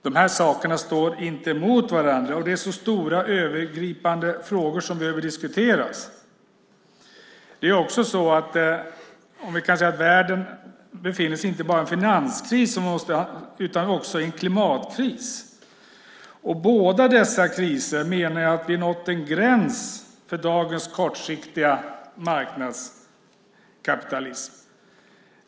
De här sakerna står inte mot varandra, och det är så stora övergripande frågor som nu diskuteras. Världen befinner sig inte bara i en finanskris utan också i en klimatkris. I båda dessa kriser har vi, menar jag, nått en gräns för dagens kortsiktiga marknadskapitalister.